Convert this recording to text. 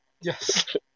Yes